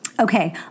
Okay